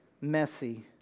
messy